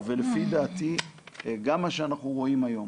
ולפי דעתי, מה שאנחנו רואים היום,